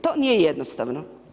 To nije jednostavno.